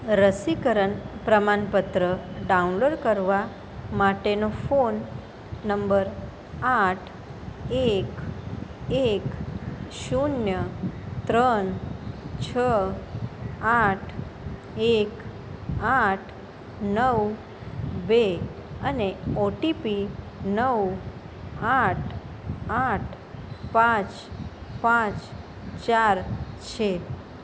રસીકરણ પ્રમાણપત્ર ડાઉનલોડ કરવા માટેનો ફોન નંબર આઠ એક એક શૂન્ય ત્રન છ આઠ એક આઠ નવ બે અને ઓટીપી નવ આઠ આઠ પાંચ પાંચ ચાર છે